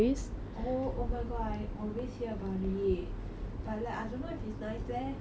oh oh my god I always hear about it but like I don't know if it's nice leh